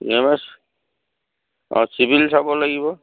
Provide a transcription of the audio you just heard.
ই M S অঁ civil চাব লাগিব